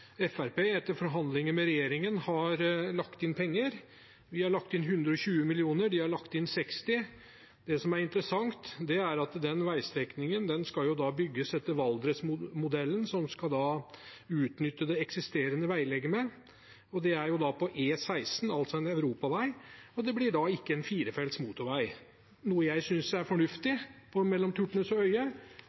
etter forhandlinger med regjeringen, har lagt inn penger til. Vi har lagt inn 120 mill. kr. De har lagt inn 60 mill. kr. Det som er interessant, er at den veistrekningen skal bygges etter valdresmodellen og utnytte det eksisterende veilegemet. Det er på E16, altså en europavei, og det blir ikke en firefelts motorvei, noe jeg synes er fornuftig mellom Turtnes og Øye.